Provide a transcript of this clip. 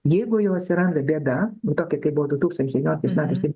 jeigu jau atsiranda bėda nu tokia kaip buvo du tūkstančiai devynoiliktais metais